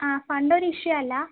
ആ ഫണ്ട് ഒരു ഇഷ്യു അല്ല